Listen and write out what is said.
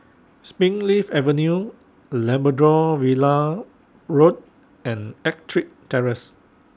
Springleaf Avenue Labrador Villa Road and Ettrick Terrace